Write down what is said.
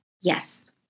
Yes